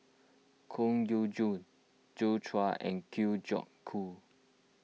Koh Yong John Joi Chua and Kwa Geok Choo